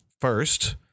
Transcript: First